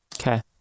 Okay